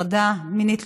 תודה רבה, אדוני.